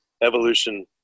evolution